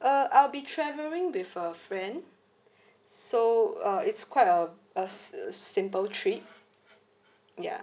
uh I'll be travelling with a friend so uh it's quite a a si~ simple trip ya